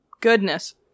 Goodness